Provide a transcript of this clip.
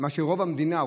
רוב המדינה,